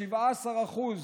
שעושה עבודת קודש